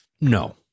No